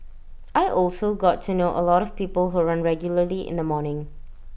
I also got to know A lot of people who run regularly in the morning